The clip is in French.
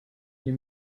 les